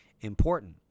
important